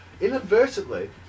inadvertently